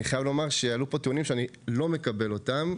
אני חייב לומר שעלו פה טיעונים שאני לא מקבל אותם.